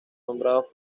nombrados